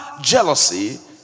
jealousy